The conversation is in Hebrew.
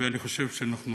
ואני חושב שאנחנו